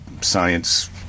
science